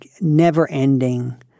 never-ending